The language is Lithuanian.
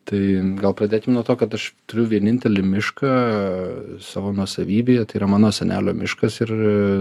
tai gal pradėkim nuo to kad aš turiu vienintelį mišką savo nuosavybėje tai yra mano senelio miškas ir